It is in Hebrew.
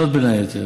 זאת, בין היתר,